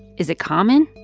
is it common?